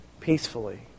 peacefully